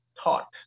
thought